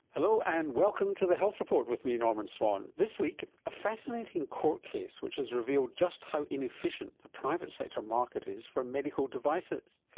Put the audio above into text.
hello and welcome to the health report with me, norman swan. this week, a fascinating court case which has revealed just how inefficient the private sector market is for medical devices.